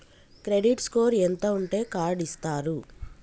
Credit score ఎంత ఉంటే card ఇస్తారు?